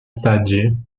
saddier